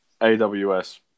AWS